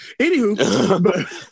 Anywho